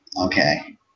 Okay